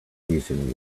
reason